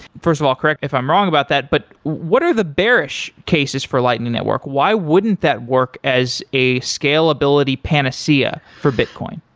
first of all, correct me if i'm wrong about that, but what are the bearish cases for lightning network? why wouldn't that work as a scalability panacea for bitcoin?